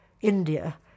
India